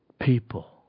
people